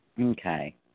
Okay